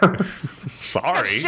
Sorry